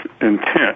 intent